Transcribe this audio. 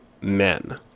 men